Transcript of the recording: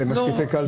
חירומית?